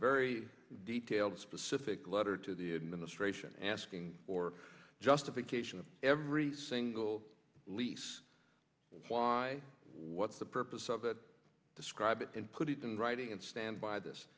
very detailed specific letter to the administration asking for justification of every single lease why what's the purpose of that describe it and put it in writing and stand by this